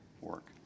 work